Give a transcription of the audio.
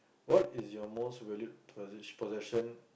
what is your most valued posses~ possession